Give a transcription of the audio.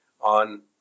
on